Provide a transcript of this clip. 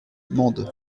mende